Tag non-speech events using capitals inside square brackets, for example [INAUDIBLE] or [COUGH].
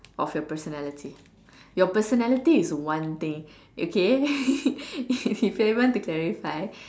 of your personality your personality is one thing okay [LAUGHS] if if you want to clarify